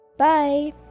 Bye